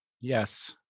Yes